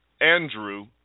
Andrew